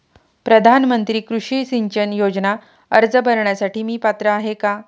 प्रधानमंत्री कृषी सिंचन योजना अर्ज भरण्यासाठी मी पात्र आहे का?